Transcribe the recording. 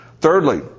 Thirdly